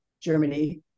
Germany